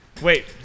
Wait